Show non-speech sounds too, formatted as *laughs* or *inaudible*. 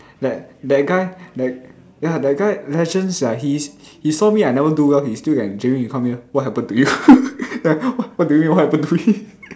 that that guy that ya that guy legend sia he's he saw me I never do well he still can Jamie come here what happen to you *laughs* like wh~ what do you mean what happen to me